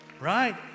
right